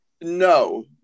No